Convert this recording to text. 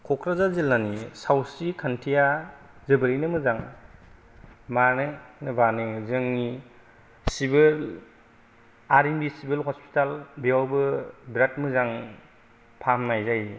कक्राझार जिल्लानि सावस्रि खान्थिया जोबोरैनो मोजां मानो होनोबानो जोंनि civil R N G civil hospital बेयावबो बिरात मोजां फाहामनाय जायो